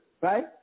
Right